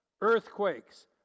earthquakes